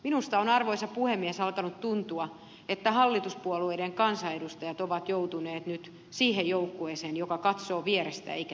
minusta on arvoisa puhemies alkanut tuntua että hallituspuolueiden kansanedustajat ovat joutuneet nyt siihen joukkueeseen joka katsoo vierestä eikä tee mitään